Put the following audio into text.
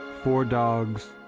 four dogs,